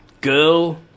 Girl